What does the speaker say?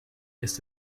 ist